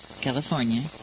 California